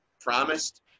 promised